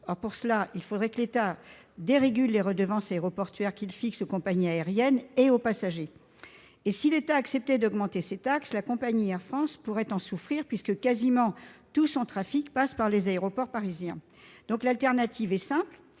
Pour cela, il faudrait qu'il dérégule les redevances aéroportuaires qu'il fixe aux compagnies aériennes et aux passagers. Or s'il acceptait d'augmenter ces taxes, Air France pourrait en souffrir, puisque quasiment tout son trafic passe par les aéroports parisiens. Ainsi, l'alternative est simple